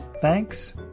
Thanks